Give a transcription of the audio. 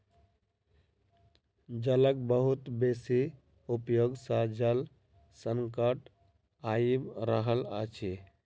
जलक बहुत बेसी उपयोग सॅ जल संकट आइब रहल अछि